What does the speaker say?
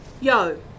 yo